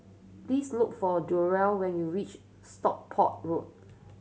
please look for Durell when you reach Stockport Road